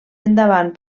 endavant